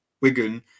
Wigan